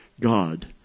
God